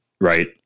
right